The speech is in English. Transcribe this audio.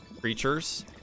creatures